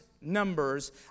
numbers